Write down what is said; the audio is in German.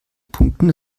punkten